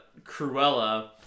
Cruella